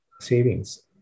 savings